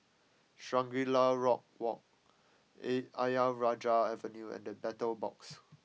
Shangri La Rock Walk A Ayer Rajah Avenue and The Battle Box